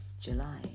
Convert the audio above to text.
July